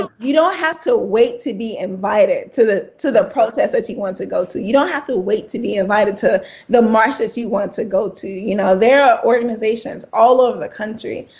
ah you don't have to wait to be invited to the to the protest that you want to go to. you don't have to wait to be invited to the march that you want to go to. you know there are organizations all over the country.